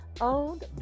owned